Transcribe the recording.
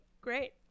great